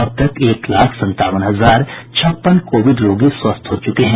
अब तक एक लाख संतावन हजार छप्पन कोविड रोगी स्वस्थ हो चुके हैं